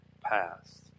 past